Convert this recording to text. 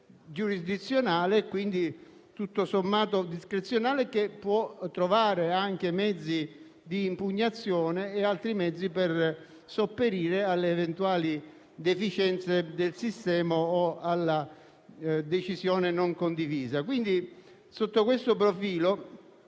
giurisdizionale (e quindi, tutto sommato, discrezionale), che può trovare anche mezzi di impugnazione o altri per sopperire alle eventuali deficienze del sistema o alla decisione non condivisa. Sotto questo profilo,